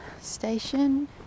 Station